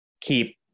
keep